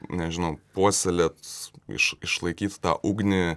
nežinau puoselėt iš išlaikyt tą ugnį